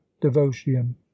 devotion